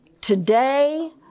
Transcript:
Today